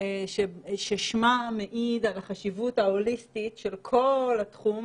ששמה מעיד על החשיבות ההוליסטית של כל התחום